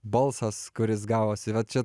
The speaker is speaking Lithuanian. balsas kuris gavosi va čia